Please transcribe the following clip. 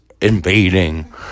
invading